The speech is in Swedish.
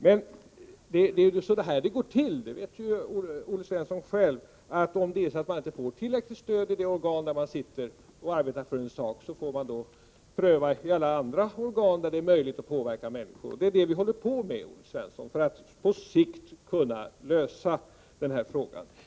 Det är så det går till — det vet ju Olle Svensson själv — att om man inte får tillräckligt stöd i de organ där man sitter och arbetar för en sak, får man pröva om det är möjligt att påverka människor i andra organ. Det är detta vi håller på med, Olle Svensson, för att på sikt kunna lösa frågan.